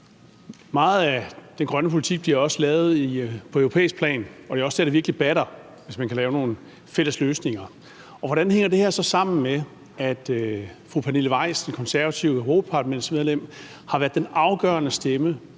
meget af den grønne politik bliver også lavet på europæisk plan, og det er også der, det virkelig batter, hvis man kan lave nogle fælles løsninger. Men fru Pernille Weiss, det konservative europaparlamentsmedlem, har været den afgørende stemme,